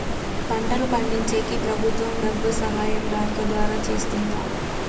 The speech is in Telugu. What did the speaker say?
పంటలు పండించేకి ప్రభుత్వం డబ్బు సహాయం బ్యాంకు ద్వారా చేస్తుందా?